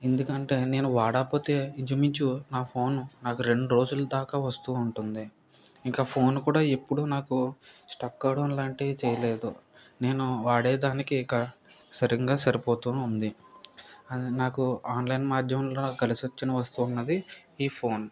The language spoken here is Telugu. ఎందుకంటే నేను వాడకపోతే ఇంచుమించు నా ఫోన్ నాకు రెండు రోజులు దాకా వస్తూ ఉంటుంది ఇంకా ఫోన్ కూడా ఎప్పుడు నాకు స్టక్ అవడం లాంటివి చేయలేదు నేను వాడే దానికి ఇక సరిగ్గా సరిపోతూ ఉంది నాకు ఆన్లైన్ మాధ్యమంలో కలిసి వచ్చిన వస్తువు అది ఈ ఫోన్